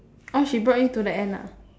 own she brought you to the end ah